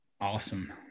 awesome